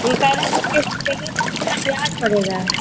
हम कह रहे जैसे क़िस्त पर लो तो कितना ब्याज पड़ेगा